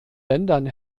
ländern